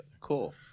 Cool